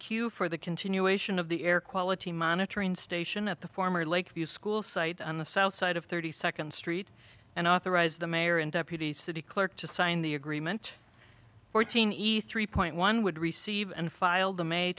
q for the continuation of the air quality monitoring station at the former lakeview school site on the south side of thirty second street and authorized the mayor and deputy city clerk to sign the agreement fourteen e three point one would receive and file the may